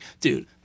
dude